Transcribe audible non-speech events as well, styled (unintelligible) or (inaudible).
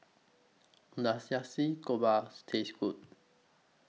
Does (unintelligible) Taste Good